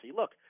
Look